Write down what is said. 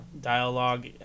dialogue